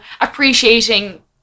appreciating